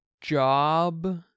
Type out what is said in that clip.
job